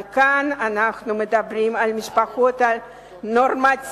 אבל כאן אנחנו מדברים על משפחות נורמטיביות.